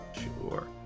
Sure